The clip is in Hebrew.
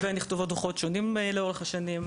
נכתבו לגביה דוחות שונים לאורך השנים,